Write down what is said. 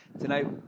Tonight